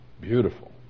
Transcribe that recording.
beautiful